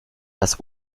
das